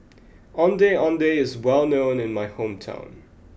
Ondeh Ondeh is well known in my hometown